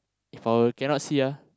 if I were cannot see ah